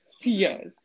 Yes